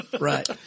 right